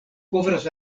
kovras